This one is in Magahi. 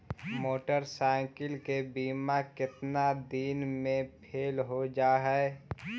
मोटरसाइकिल के बिमा केतना दिन मे फेल हो जा है?